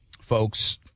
folks